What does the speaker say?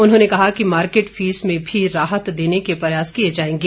उन्होंने कहा कि मार्किट फीस में भी राहत देने के प्रयास किए जाएंगे